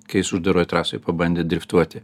kai jis uždaroj trasoj pabandė driftuoti